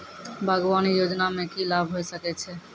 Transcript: बागवानी योजना मे की लाभ होय सके छै?